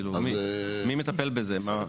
מי מטפל בזה?